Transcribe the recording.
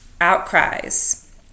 outcries